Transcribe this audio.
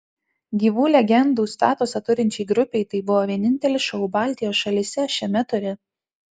gyvų legendų statusą turinčiai grupei tai buvo vienintelis šou baltijos šalyse šiame ture